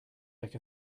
like